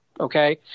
Okay